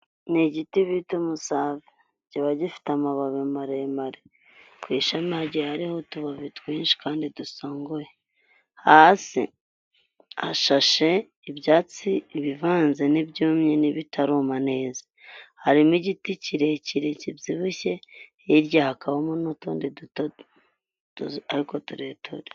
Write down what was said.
Ni igiti bita umusave, kiba gifite amababi maremare, ku ishamigi hariho utubabi twinshi kandi dusongoye, hasi hashashe ibyatsi ibivanze n'ibyumye bitaruma neza, harimo igiti kirekire kibyibushye hirya hakabamo n'utundi dutatu ariko tureture.